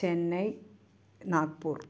Chennai Nagpur